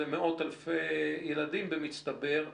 זה מאות אלפי ילדים במצטבר,